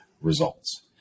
results